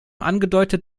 angedeutet